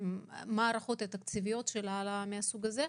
מה ההערכות התקציביות של העלאה מהסוג הזה?